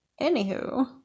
Anywho